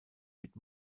mit